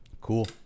Cool